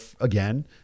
again